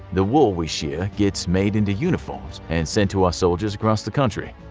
the wool we sheer gets made into uniforms and sent to our soldiers across the country.